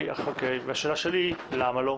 אוקיי, והשאלה שלי, למה לא?